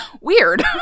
Weird